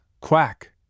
Quack